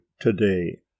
today